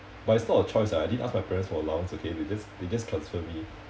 but it's not a choice ah I didn't ask my parents for allowance okay they just they just transfer me